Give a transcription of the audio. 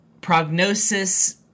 prognosis